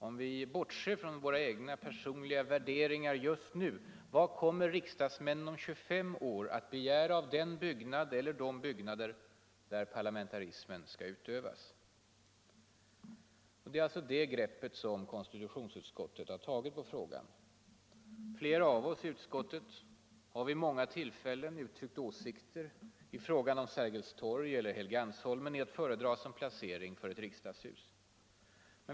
Om vi bortser från våra egna personliga värderingar just nu — vad kommer riksdagsmännen om 2S år att begära av den byggnad, eller de byggnader, där parlamentarismen skall utövas? Det är alltså det greppet som konstitutionsutskottet har tagit på frågan. Flera av oss i utskottet har vid många tillfällen uttryckt åsikter i frågan om Sergels torg eller Helgeandsholmen är att föredra som placering för ett riksdagshus.